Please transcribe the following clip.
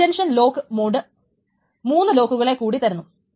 intention lock mode 3 ലോക്കുകളെ കൂടി തരുന്നുണ്ട്